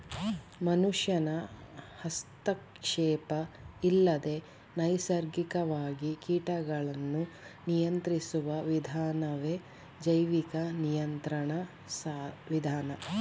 ಮನುಷ್ಯನ ಹಸ್ತಕ್ಷೇಪ ಇಲ್ಲದೆ ನೈಸರ್ಗಿಕವಾಗಿ ಕೀಟಗಳನ್ನು ನಿಯಂತ್ರಿಸುವ ವಿಧಾನವೇ ಜೈವಿಕ ನಿಯಂತ್ರಣ ವಿಧಾನ